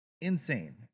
Insane